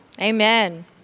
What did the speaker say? amen